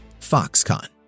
Foxconn